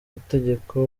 mategeko